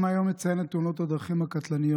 גם היום אציין את תאונות הדרכים הקטלניות